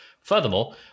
Furthermore